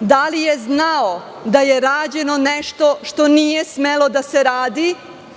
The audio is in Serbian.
Da li je znao da je rađeno nešto što nije smelo da se radi?